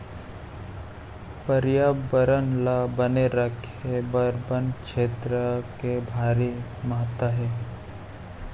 परयाबरन ल बने राखे बर बन छेत्र के भारी महत्ता हे